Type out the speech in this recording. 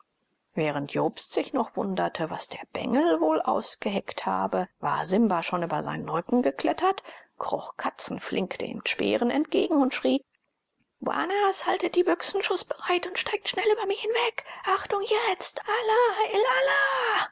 während jobst sich noch wunderte was der bengel wohl ausgeheckt habe war simba schon über seinen rücken geklettert kroch katzenflink den speeren entgegen und schrie banas haltet die büchsen schußbereit und steigt schnell über mich hinweg achtung jetzt allah il allah